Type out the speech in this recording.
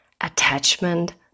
attachment